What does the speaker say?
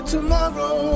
Tomorrow